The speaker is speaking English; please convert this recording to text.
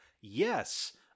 yes